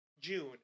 June